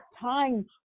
time